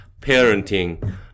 parenting